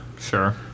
Sure